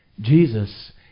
Jesus